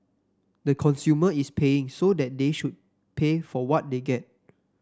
the consumer is paying so that they should pay for what they get